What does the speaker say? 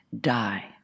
die